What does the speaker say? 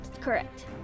Correct